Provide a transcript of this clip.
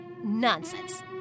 Nonsense